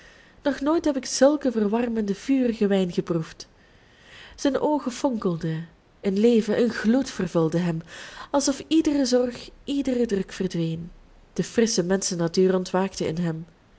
nog nooit heb ik zulken verwarmenden vurigen wijn geproefd zijn oogen fonkelden een leven een gloed vervulde hem alsof iedere zorg iedere druk verdween de frissche menschennatuur ontwaakte in hem